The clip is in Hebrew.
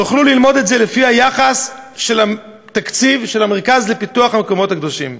תוכלו ללמוד את זה לפי היחס של התקציב של המרכז לפיתוח המקומות הקדושים.